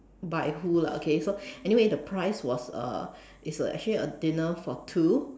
by who lah okay so anyway the prize was uh it's actually a dinner for two